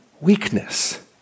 Weakness